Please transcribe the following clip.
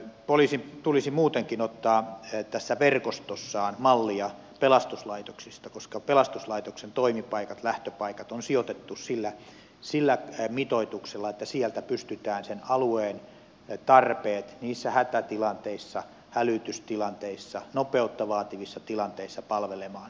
poliisin tulisi muutenkin ottaa tässä verkostossaan mallia pelastuslaitoksista koska pelastuslaitoksen toimipaikat lähtöpaikat on sijoitettu sillä mitoituksella että sieltä pystytään sen alueen tarpeita niissä hätätilanteissa hälytystilanteissa nopeutta vaativissa tilanteissa palvelemaan